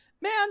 Man